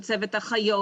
של צוות האחיות,